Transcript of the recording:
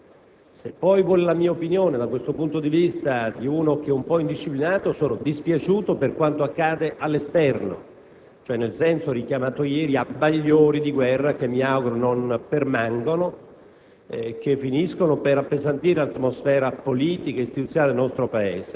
pur nel rispetto delle autonomie di poteri e di compiti, e quindi giurisdizioni diverse. Se poi vuole la mia opinione da questo punto di vista, di uno che è un po' indisciplinato, sono dispiaciuto per quanto accade all'esterno, nel senso richiamato ieri, a bagliori di guerra che mi auguro non permangano,